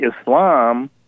Islam